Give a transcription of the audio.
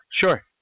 Sure